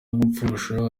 gufasha